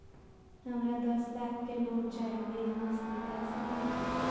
हमरा दस लाख के लोन चाही बिजनस ले, कैसे मिलते?